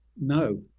No